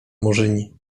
murzyni